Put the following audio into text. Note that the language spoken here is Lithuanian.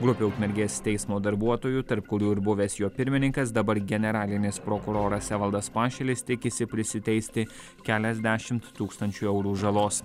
grupė ukmergės teismo darbuotojų tarp kurių ir buvęs jo pirmininkas dabar generalinis prokuroras evaldas pašilis tikisi prisiteisti keliasdešimt tūkstančių eurų žalos